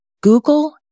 Google